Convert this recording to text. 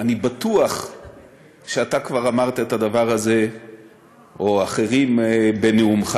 אני בטוח שאתה או אחרים כבר אמרתם את הדבר הזה בנאומכם.